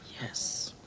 yes